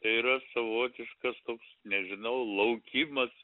tai yra savotiškas toks nežinau laukimas